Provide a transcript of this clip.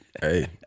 Hey